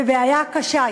בבעיה קשה.